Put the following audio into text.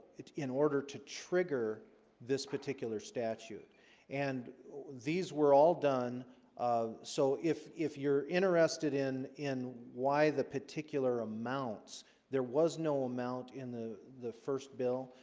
in order to trigger this particular statute and these were all done um so if if you're interested in in why the particular amounts there was no amount in the the first bill,